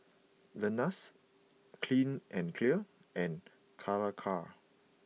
Lenas Clean and Clear and Calacara